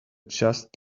just